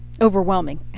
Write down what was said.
overwhelming